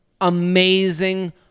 amazing